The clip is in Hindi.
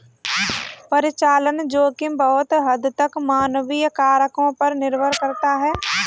परिचालन जोखिम बहुत हद तक मानवीय कारकों पर निर्भर करता है